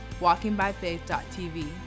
walkingbyfaith.tv